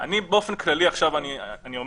אני לא חשבתי לפתוח בזה,